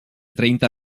treinta